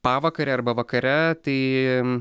pavakare arba vakare tai